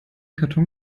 karton